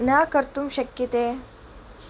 न कर्तुं शक्यते